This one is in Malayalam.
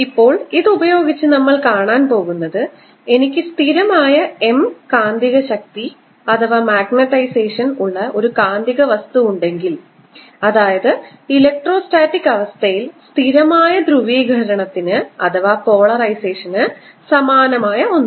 ഇപ്പോൾ ഇത് ഉപയോഗിച്ച് നമ്മൾ കാണാൻ പോകുന്നത് എനിക്ക് സ്ഥിരമായ M കാന്തികശക്തി ഉള്ള ഒരു കാന്തിക വസ്തു ഉണ്ടെങ്കിൽ അതായത് ഇലക്ട്രോസ്റ്റാറ്റിക് അവസ്ഥയിൽ സ്ഥിരമായ ധ്രുവീകരണത്തിന് സമാനമായ ഒന്ന്